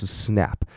snap